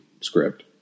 script